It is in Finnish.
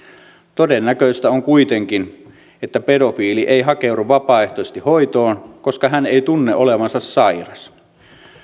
todennäköistä on kuitenkin että pedofiili ei hakeudu vapaaehtoisesti hoitoon koska hän ei tunne olevansa sairas